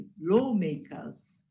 lawmakers